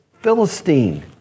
Philistine